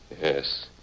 Yes